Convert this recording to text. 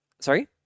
Sorry